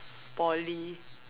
Poly